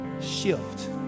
shift